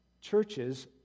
churches